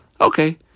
Okay